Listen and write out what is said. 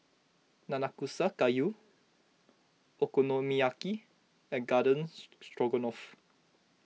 Nanakusa Gayu Okonomiyaki and Garden Stroganoff